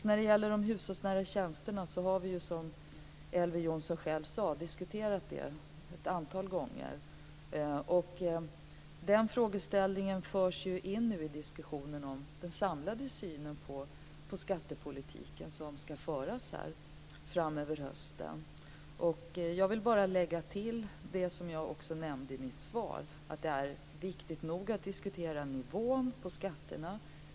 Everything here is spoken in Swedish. När det gäller de hushållsnära tjänsterna har vi som Elver Jonsson själv sade diskuterat det ett antal gånger. Den frågeställningen förs ju nu in i diskussionen om den samlade synen på skattepolitiken som ska föras under hösten. Jag vill bara lägga till det som jag också nämnde i mitt svar, att det är viktigt nog att diskutera nivån på skatterna.